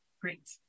Great